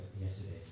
yesterday